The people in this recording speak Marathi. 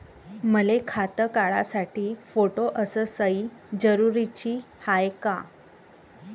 मले खातं काढासाठी फोटो अस सयी जरुरीची हाय का?